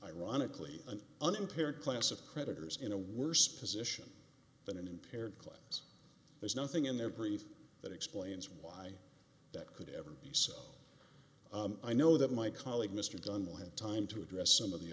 ironically an unpaired class of creditors in a worse position than an impaired claims there's nothing in their brief that explains why that could ever be so i know that my colleague mr dunne will have time to address some of the